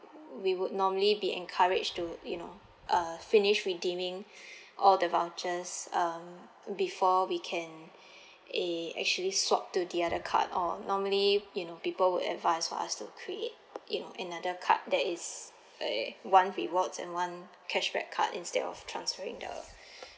we would normally be encourage to you know uh finish redeeming all the vouchers um before we can eh actually swap to the other card or normally you know people would advise for us to create you know another card that is eh one rewards and one cashback card instead of transferring the